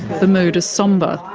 the mood is sombre,